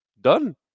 done